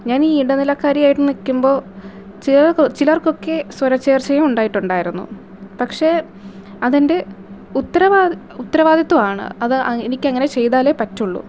ഞാൻ ഈ ഇടനിലക്കാരിയായിട്ട് നിൽക്കുമ്പോൾ ചിലർ ചിലർക്കൊക്കെ സ്വരച്ചേർച്ചയും ഉണ്ടായിട്ടുണ്ടായിരുന്നു പക്ഷെ അതിൻ്റെ ഉത്തരവാദിത്തം ഉത്തരവാദിത്തമാണ് അത് എനിക്കങ്ങനെ ചെയ്താലേ പറ്റുകയുള്ളൂ